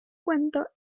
cuento